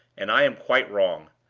and i am quite wrong.